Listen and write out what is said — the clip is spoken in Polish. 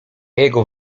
jego